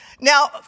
Now